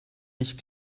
nicht